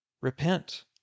Repent